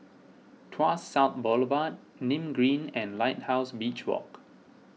Tuas South Boulevard Nim Green and Lighthouse Beach Walk